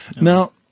Now